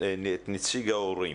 את נציג ההורים.